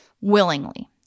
willingly